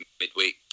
midweek